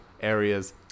areas